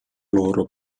loro